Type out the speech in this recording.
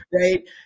right